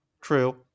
True